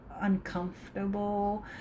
uncomfortable